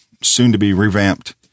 soon-to-be-revamped